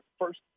first